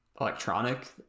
electronic